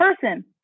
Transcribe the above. person